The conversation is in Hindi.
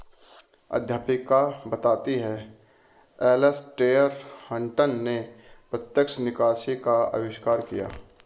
अध्यापिका बताती हैं एलेसटेयर हटंन ने प्रत्यक्ष निकासी का अविष्कार किया